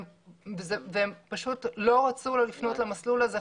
הם לא רצו לפנות למסלול הזה,